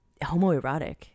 homoerotic